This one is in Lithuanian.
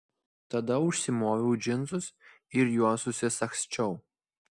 tada užsimoviau džinsus ir juos susisagsčiau